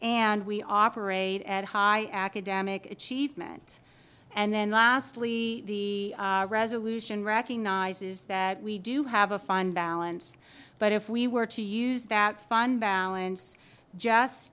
and we operate at high academic achievement and then lastly the resolution recognizes that we do have a fine balance but if we were to use that fund balance just